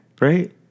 right